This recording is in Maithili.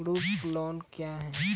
ग्रुप लोन क्या है?